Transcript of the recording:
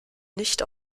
nicht